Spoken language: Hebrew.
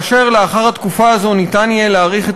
ולאחר התקופה הזאת יהיה ניתן להאריך את